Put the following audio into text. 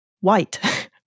white